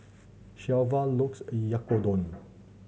Shelva looks Oyakodon